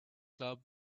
club